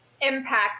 impact